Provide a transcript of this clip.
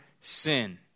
sin